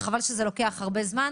חבל שזה לוקח הרבה זמן.